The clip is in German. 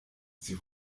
sie